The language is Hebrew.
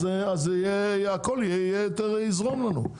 אז הכל יותר יזרום לנו,